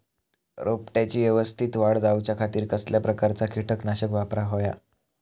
रोपट्याची यवस्तित वाढ जाऊच्या खातीर कसल्या प्रकारचा किटकनाशक वापराक होया?